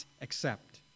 accept